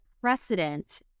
precedent